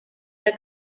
sea